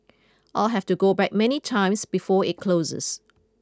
I'll have to go back many times before it closes